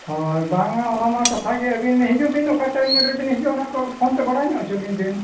ᱦᱚᱭ ᱵᱟᱝ ᱟ ᱚᱱᱟᱢᱟ ᱠᱟᱛᱷᱟᱜᱮ ᱟᱵᱤᱱ ᱦᱤᱡᱩᱜᱵᱤᱱ ᱚᱠᱟ ᱴᱟᱭᱤᱢ ᱨᱮᱵᱤᱱ ᱦᱤᱡᱩᱜᱼᱟ ᱚᱱᱟᱠᱚ ᱯᱷᱚᱱᱛᱮ ᱵᱟᱲᱟᱭᱧᱚᱜ ᱚᱪᱚᱞᱤᱧᱵᱤᱱ